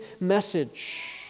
message